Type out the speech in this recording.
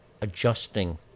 adjusting